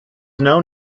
known